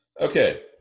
Okay